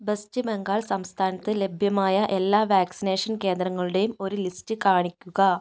west Bengal സംസ്ഥാനത്ത് ലഭ്യമായ എല്ലാ വാക്സിനേഷൻ കേന്ദ്രങ്ങളുടെയും ഒരു ലിസ്റ്റ് കാണിക്കുക